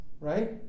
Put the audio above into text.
right